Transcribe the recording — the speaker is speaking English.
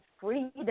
freedom